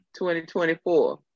2024